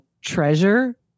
Treasure